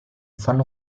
fanno